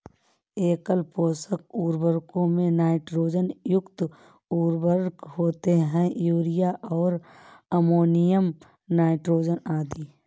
एकल पोषक उर्वरकों में नाइट्रोजन युक्त उर्वरक होते है, यूरिया और अमोनियम नाइट्रेट आदि